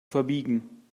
verbiegen